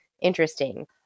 interesting